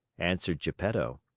answered geppetto.